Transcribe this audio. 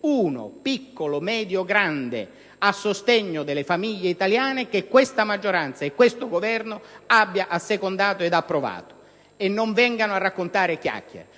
piccolo, medio o grande, a sostegno delle famiglie italiane che la maggioranza ed il Governo abbiano assecondato ed approvato. Non vengano a raccontare chiacchiere: